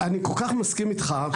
אני כל כך מסכים איתך.